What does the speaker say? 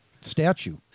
statue